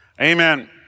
Amen